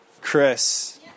Chris